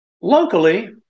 Locally